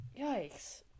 Yikes